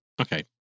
Okay